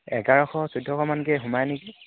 এঘাৰশ চৈধ্যশমানকৈ সোমাই নেকি